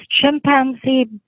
chimpanzee